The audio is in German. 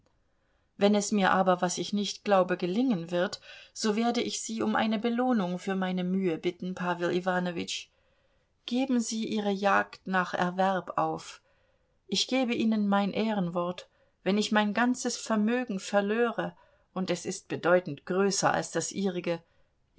wenn es mir aber was ich nicht glaube gelingen wird so werde ich sie um eine belohnung für meine mühe bitten pawel iwanowitsch geben sie ihre jagd nach erwerb auf ich gebe ihnen mein ehrenwort wenn ich mein ganzes vermögen verlöre und es ist bedeutend größer als das ihrige